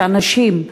שאנשים,